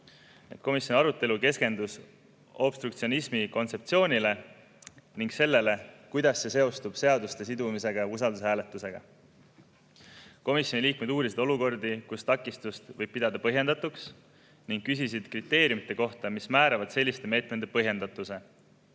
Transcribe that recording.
Komisjoni arutelu keskendus obstruktsionismi kontseptsioonile ning sellele, kuidas see seostub seaduste sidumisega usaldushääletusega. Komisjoni liikmed uurisid olukordi, kus takistust võib pidada põhjendatuks, ning küsisid kriteeriumide kohta, mis määravad selliste meetmete põhjendatuse.